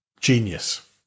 genius